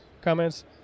Comments